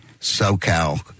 socal